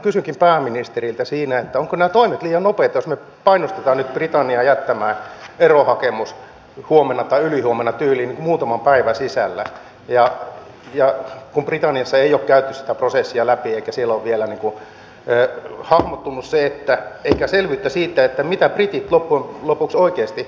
kysynkin pääministeriltä ovatko nämä toimet liian nopeita jos me painostamme nyt britanniaa jättämään erohakemuksen huomenna tai ylihuomenna tyyliin muutaman päivän sisällä kun britanniassa ei ole käyty sitä prosessia läpi eikä siellä ole vielä hahmottunut eikä ole selvyyttä siitä mitä britit loppujen lopuksi oikeasti haluavat